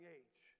age